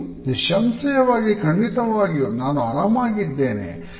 ನಿಸ್ಸಂಶಯವಾಗಿ ಖಂಡಿತವಾಗಿಯೂ ನಾನು ಆರಾಮಾಗಿ ಇದ್ದೇನೆ